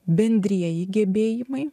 bendrieji gebėjimai